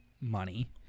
money